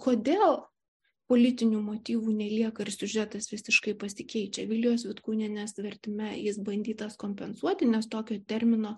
kodėl politinių motyvų nelieka ir siužetas visiškai pasikeičia vilijos vitkūnienės vertime jis bandytas kompensuoti nes tokio termino